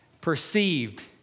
perceived